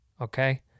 Okay